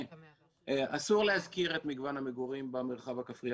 אסור להזכיר את מגוון המגורים במרחב המגורים.